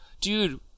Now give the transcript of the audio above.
dude